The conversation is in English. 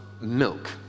milk